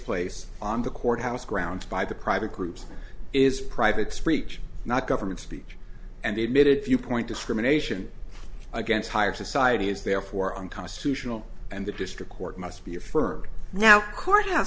place on the courthouse grounds by the private groups is private speech not government speech and the admitted viewpoint discrimination against higher society is therefore unconstitutional and the district court must be affirmed now a court h